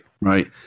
Right